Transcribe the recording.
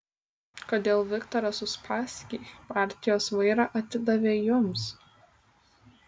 kodėl viktoras uspaskich partijos vairą atidavė jums